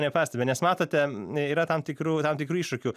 nepastebi nes matote yra tam tikrų tam tikrų iššūkių